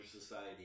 society